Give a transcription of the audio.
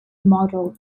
model